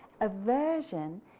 Aversion